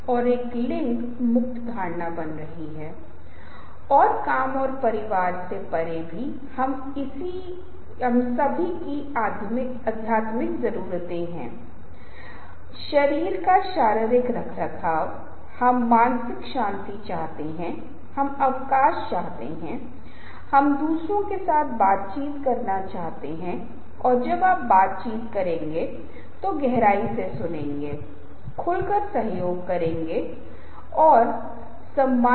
माता पिता खतरनाक वस्तुओं के पास जाने से बच्चों को हतोत्साहित करने के लिए जाने से भय का उपयोग करते हैं और उदाहरण के लिए हमारे दैनिक जीवन में डर की अपील का उपयोग अक्सर किया जाता है जब मैं अपने बच्चे से नाराज होता हूं तो मैं कहता हूं कि यदि आप नहीं पढ़ते हैं तो आप परीक्षा में अच्छा नहीं कर पाएंगे जब आप परीक्षा में अच्छा नहीं करेंगे तो आपको अच्छी नौकरी नहीं मिलेगी जब आपको अच्छी नौकरी नहीं मिलेगी तो आपको नुकसान होगा